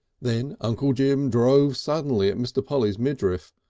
then uncle jim drove suddenly at mr. polly's midriff,